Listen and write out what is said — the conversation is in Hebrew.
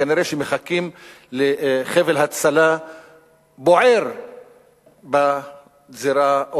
כנראה מחכים לחבל הצלה בוער בזירה,